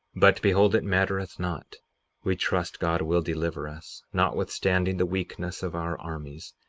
but, behold, it mattereth not we trust god will deliver us, notwithstanding the weakness of our armies,